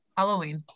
Halloween